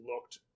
looked